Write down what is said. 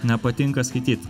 nepatinka skaityt